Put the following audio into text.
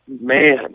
Man